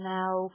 now